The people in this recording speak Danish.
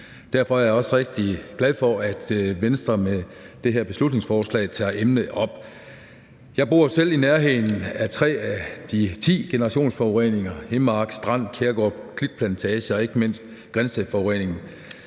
Derfor er jeg også rigtig glad for, at Venstre med det her beslutningsforslag tager emnet op. Jeg bor selv i nærheden af tre af de ti generationsforureninger: Himmark Strand, Kærgård Klitplantage og ikke mindst Grindstedforureningen.